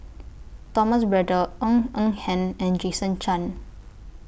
Thomas Braddell Ng Eng Hen and Jason Chan